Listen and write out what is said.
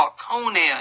Conan